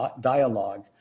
dialogue